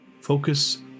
Focus